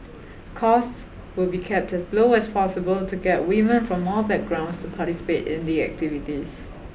costs will be kept as low as possible to get women from all backgrounds to participate in the activities